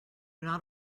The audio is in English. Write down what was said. not